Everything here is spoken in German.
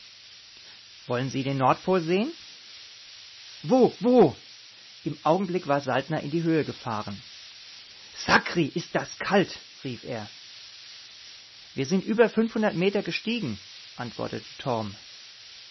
wollen sie den nordpol sehen wo wo im augenblick war saltner in die höhe gefahren sakri das ist kalt rief er wir sind über fünfhundert meter gestiegen antwortete